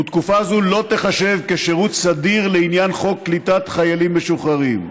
ותקופה זו לא תיחשב לשירות סדיר לעניין חוק קליטת חיילים משוחררים.